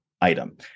item